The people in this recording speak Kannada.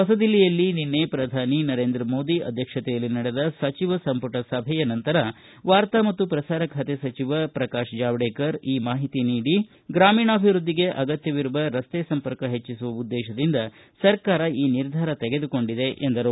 ಹೊಸದಿಲ್ಲಿಯಲ್ಲಿ ನಿನ್ನೆ ಪ್ರಧಾನಿ ನರೇಂದ್ರ ಮೋದಿ ಅಧ್ವಕ್ಷತೆಯಲ್ಲಿ ನಡೆದ ಸಚಿವ ಸಂಪುಟ ಸಭೆಯ ನಂತರ ವಾರ್ತಾ ಮತ್ತು ಪ್ರಸಾರ ಖಾತೆ ಸಚಿವ ಪ್ರಕಾಶ್ ಜಾವಡೇಕರ್ ಈ ಮಾಹಿತಿ ನೀಡಿ ಗ್ರಾಮೀಣಾಭಿವೃದ್ಧಿಗೆ ಅಗತ್ಯವಿರುವ ರಸ್ತೆ ಸಂಪರ್ಕ ಹೆಚ್ಚಿಸುವ ಉದ್ದೇಶದಿಂದ ಸರ್ಕಾರ ಈ ನಿರ್ಧಾರ ತೆಗೆದುಕೊಂಡಿದೆ ಎಂದರು